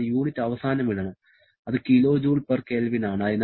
ഞാൻ യൂണിറ്റ് അവസാനം ഇടണം അത് കിലോ ജൂൾ പെർ കെൽവിൻ ആണ്